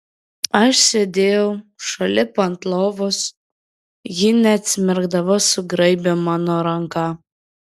aš sėdėjau šalip ant lovos ji neatsimerkdama sugraibė mano ranką